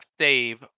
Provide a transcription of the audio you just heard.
save